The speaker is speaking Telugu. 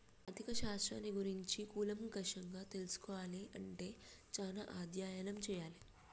ఆర్ధిక శాస్త్రాన్ని గురించి కూలంకషంగా తెల్సుకోవాలే అంటే చానా అధ్యయనం చెయ్యాలే